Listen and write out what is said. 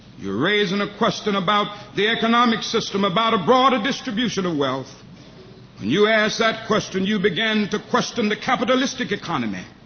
you are raising a question about the economic system, about a broader distribution of wealth. when you ask that question, you begin to question the capitalistic economy.